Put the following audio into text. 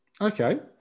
Okay